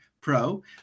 Pro